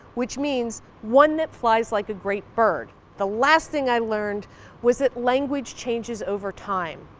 which means one that flies like a great bird. the last thing i learned was that language changes over time.